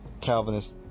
calvinist